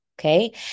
okay